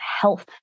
health